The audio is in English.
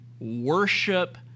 worship